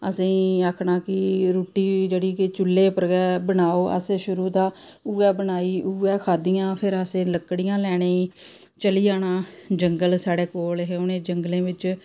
असेंगी आखना कि रुटी जेह्ड़ी के चूह्ल्ले उप्पर गै बनाओ असें शुरु दा उ'ऐ बनाई उ'ऐ खाद्धियां फिर असें लकड़ियां लैने गी चली जाना जंगल साढ़े कोल हे उ'नें जंगले च